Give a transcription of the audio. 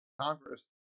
Congress